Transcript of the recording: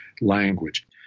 language